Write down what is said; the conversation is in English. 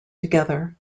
together